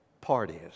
parties